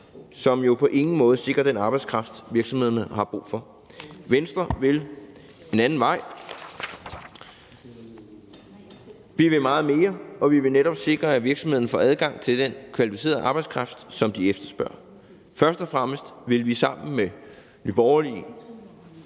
som på ingen måde sikrer den arbejdskraft, virksomhederne har brug for. Venstre vil en anden vej. Vi vil meget mere. Vi vil netop sikre, at virksomhederne får adgang til den kvalificerede arbejdskraft, som de efterspørger. Vi vil først og fremmest sammen med Nye Borgerlige,